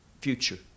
future